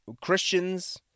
Christians